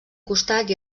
costat